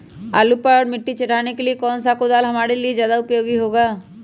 आलू पर मिट्टी चढ़ाने के लिए कौन सा कुदाल हमारे लिए ज्यादा उपयोगी होगा?